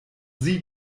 sie